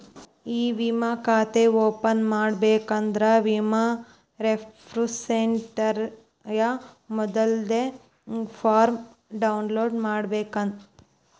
E ವಿಮಾ ಖಾತೆ open ಮಾಡಬೇಕಂದ್ರ ವಿಮಾ ರೆಪೊಸಿಟರಿಯ ಮೊದಲ್ನೇ ಫಾರ್ಮ್ನ ಡೌನ್ಲೋಡ್ ಮಾಡ್ಬೇಕ